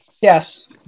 yes